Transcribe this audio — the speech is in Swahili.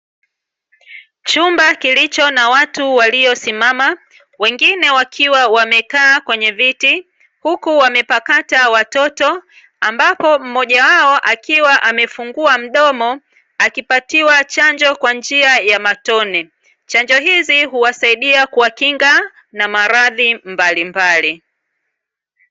Chumba kilicho na watu waliosimama, wengine wakiwa wamekaa kwenye viti huku wamepakata watoto, ambapo mmoja wao akiwa amefungua mdomo akipatiwa chanjo kwa njia ya matone. Chanjo hizi huwasaidia kuwakinga na maradhi mbalimbali.